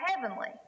heavenly